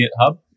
GitHub